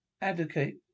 advocate